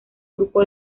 grupo